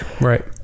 Right